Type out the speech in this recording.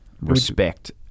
respect